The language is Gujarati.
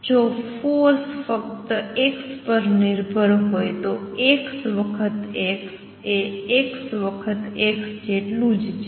જો ફોર્સ ફક્ત x પર નિર્ભર છે તો x વખત x એ x વખત x જેટલું જ છે